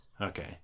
okay